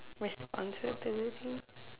rest uncertainty